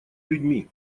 людьми